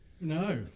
No